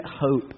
hope